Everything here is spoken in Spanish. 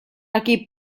aquí